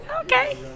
okay